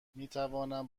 میتوانم